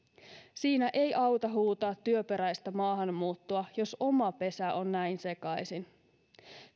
siinä ei auta huutaa työperäistä maahanmuuttoa jos oma pesä on näin sekaisin